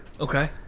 Okay